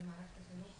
ובמערכת החינוך